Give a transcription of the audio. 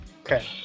Okay